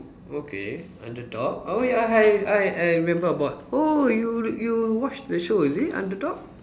okay underdog oh ya I I I remember about oh you you watch the show is it underdog